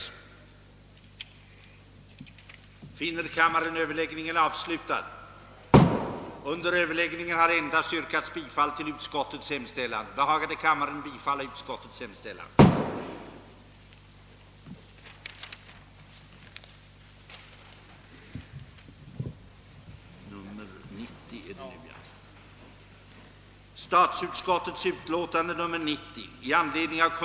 2) godkänna de riktlinjer departementschefen föreslagit för omorganisation av statens institut för konsumentfrågor;